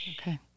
Okay